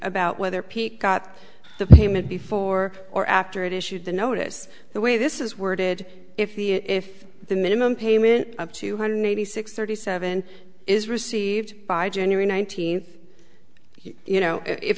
about whether pete got the payment before or after it issued the notice the way this is worded if the if the minimum payment of two hundred eighty six thirty seven is received by january nineteenth you know if